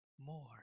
More